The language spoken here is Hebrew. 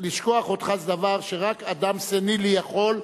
לשכוח אותך זה דבר שרק אדם סנילי יכול,